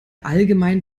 allgemein